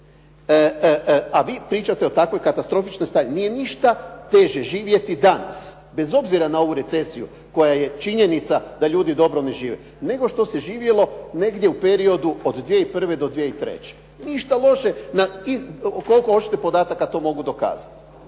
A vi pričate o takvom katastrofičnom stanju. Nije ništa teže živjeti danas, bez obzira na ovu recesiju, koja je činjenica da ljudi dobro ne žive, nego što se živjelo negdje u periodu od 2001. do 2003. Ništa lošije, koliko hoćete podataka, to mogu dokazati.